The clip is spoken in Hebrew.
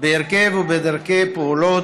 בהרכב ובדרכי הפעולה